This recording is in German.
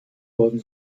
worden